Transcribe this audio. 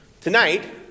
Tonight